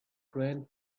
friend